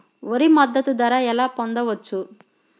వరి మద్దతు ధర ఎలా పొందవచ్చు?